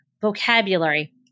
vocabulary